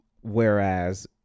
Whereas